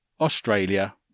Australia